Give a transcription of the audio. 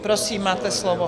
Prosím, máte slovo.